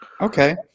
Okay